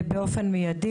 באופן מידי,